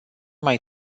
mai